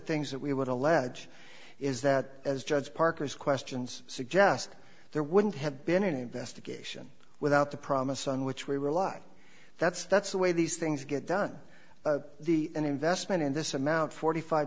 things that we would allege is that as judge parker's questions suggest there wouldn't have been an investigation without the promise on which we rely that's that's the way these things get done the investment in this amount forty five